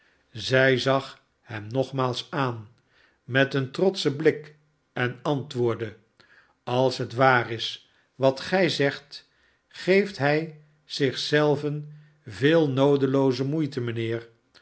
zij zag hem nogmaals aan met een trotschen blik en antwoordde als het waar is wat gij zegt geeft hij zich zelven veel noodelooze moeite mijnheer